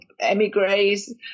emigres